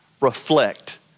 reflect